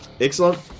Excellent